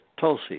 Tulsi